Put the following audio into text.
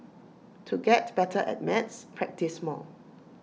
to get better at maths practise more